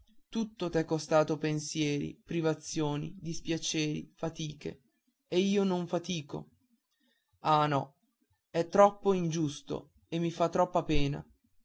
tutto t'è costato pensieri privazioni dispiaceri fatiche e io non fatico ah no è troppo ingiusto e mi fa troppa pena